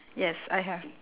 yes I have